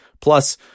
Plus